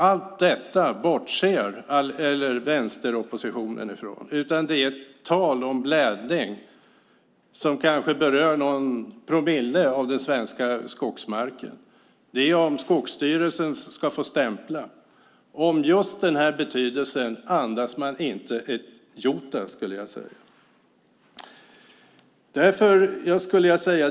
Allt detta bortser vänsteroppositionen från. I stället är det tal om blädning, som kanske berör någon promille av den svenska skogsmarken, och det är om Skogsstyrelsen ska få stämpla. Om just denna betydelse andas man inte ett jota.